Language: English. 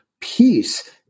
Peace